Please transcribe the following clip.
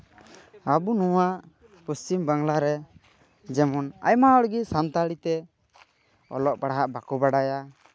ᱟᱵᱚ ᱱᱚᱣᱟ ᱯᱚᱪᱷᱤᱢ ᱵᱟᱝᱞᱟ ᱨᱮ ᱡᱮᱢᱚᱱ ᱟᱭᱢᱟ ᱦᱚᱲ ᱜᱮ ᱥᱟᱱᱛᱟᱲᱤ ᱛᱮ ᱚᱞᱚᱜ ᱯᱟᱲᱦᱟᱜ ᱵᱟᱠᱚ ᱵᱟᱰᱟᱭᱟ